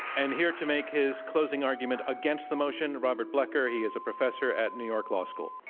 and here to make his closing argument against the motion, robert blecker. he is a professor at new york law school.